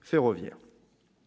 ferroviaires.